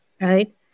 right